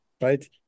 right